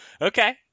Okay